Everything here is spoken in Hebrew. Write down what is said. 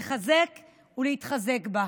לחזק ולהתחזק בה.